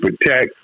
protect